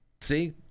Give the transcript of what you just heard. See